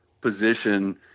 position